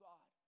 God